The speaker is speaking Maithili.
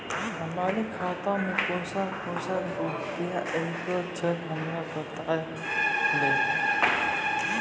हमरो खाता मे केना केना रुपैया ऐलो छै? हमरा बताय लियै?